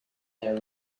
their